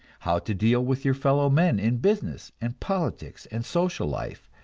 how to deal with your fellow men in business and politics and social life,